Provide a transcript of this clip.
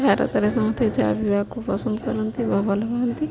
ଭାରତରେ ସମସ୍ତେ ଚା ପିଇବାକୁ ପସନ୍ଦ କରନ୍ତି ବା ଭଲ ପାଆନ୍ତି